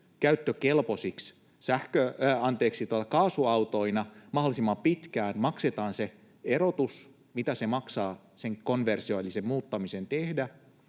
käyttökelpoisiksi kaasuautoina mahdollisimman pitkään. Maksetaan se erotus, mitä maksaa konvertoiminen, muuttaminen tehdä,